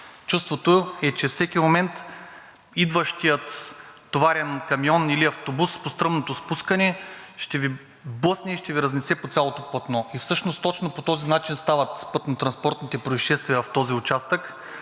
Чувството е, че всеки момент идващият товарен камион или автобус по стръмното спускане ще Ви блъсне и ще Ви разнесе по цялото платно. Всъщност точно по този начин стават пътнотранспортните произшествия в този участък,